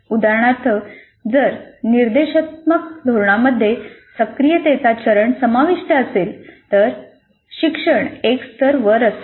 उदाहरणार्थ जर निर्देशात्मक धोरणामध्ये सक्रियतेचा चरण समाविष्ट असेल तर शिक्षण एक स्तर वर असेल